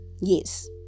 Yes